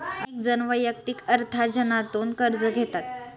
अनेक जण वैयक्तिक अर्थार्जनातूनही कर्ज घेतात